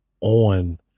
on